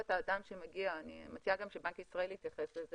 אני מציעה שגם בנק ישראל יתייחס לזה,